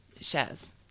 shares